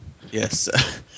Yes